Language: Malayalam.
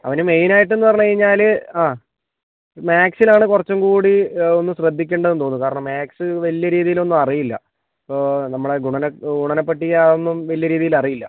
അവന് മൈനായിട്ടെന്ന് പറഞ്ഞ് കഴിഞ്ഞാൽ ആ മാത്സിനാണ് കുറച്ചും കൂടി ഒന്ന് ശ്രദ്ധിക്കേണ്ടതെന്ന് തോന്നുന്നു കാരണം മാത്സ് വലിയ രീതിയിൽ ഒന്നും അറിയില്ല അപ്പോൾ നമ്മുടെ ഗുണന ഗുണന പട്ടിക ഒന്നും വലിയ രീതീയിലറിയില്ല